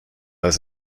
als